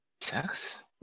Sex